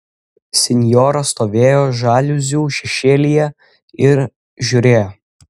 sinjora stovėjo žaliuzių šešėlyje ir žiūrėjo